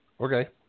Okay